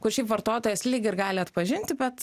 kur šiaip vartotojas lyg ir gali atpažinti bet